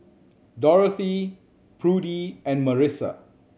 Dorothy Prudie and Marissa